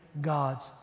God's